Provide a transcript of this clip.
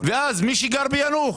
ומי שגר ביאנוח,